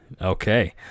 Okay